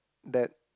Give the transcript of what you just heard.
that